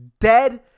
dead